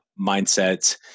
mindset